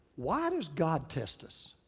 why does god test us?